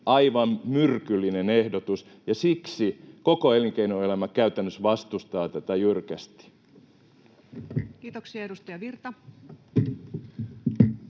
aivan myrkyllinen ehdotus, ja siksi käytännössä koko elinkeinoelämä vastustaa tätä jyrkästi. Kiitoksia. — Edustaja Virta.